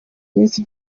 iminsi